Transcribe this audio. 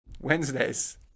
Wednesdays